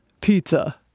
pizza